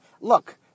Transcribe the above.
look